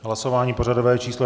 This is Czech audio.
Hlasování pořadové číslo 252.